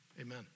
amen